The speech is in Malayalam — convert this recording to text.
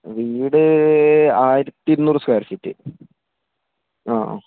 വീട് ആയിരത്തി ഇരുന്നൂറ് സ്ക്വയർ ഫീറ്റ് ആ